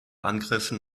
angriffen